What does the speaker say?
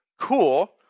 cool